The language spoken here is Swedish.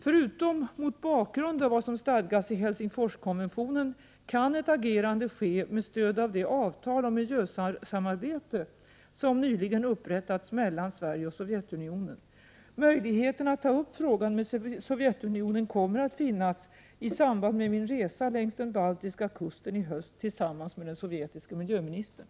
Förutom mot bakgrund av vad som stadgas i Helsingforskonventionen, kan ett agerande ske med stöd av det avtal om miljösamarbete som nyligen upprättats mellan Sverige och Sovjetunionen. Möjligheten att ta upp frågan med Sovjetunionen kommer att finnas i samband med min resa längs den baltiska kusten i höst, tillsammans med den sovjetiske miljöministern.